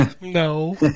No